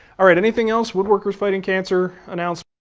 all right, anything else? woodworkers fighting cancer announcement.